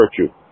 virtue